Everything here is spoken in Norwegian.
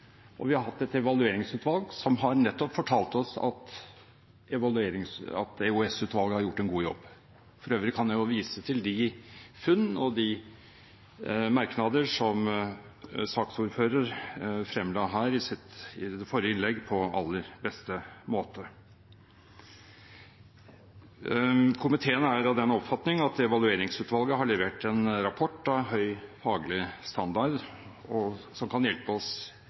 og vi har hatt et evalueringsutvalg, som nettopp har fortalt oss at EOS-utvalget har gjort en god jobb. For øvrig kan jeg vise til de funn og de merknader som saksordføreren fremla i det forrige innlegg på aller beste måte. Komiteen er av den oppfatning at Evalueringsutvalget har levert en rapport av høy faglig standard, og som kan hjelpe oss